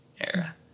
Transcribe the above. era